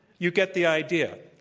you get the idea.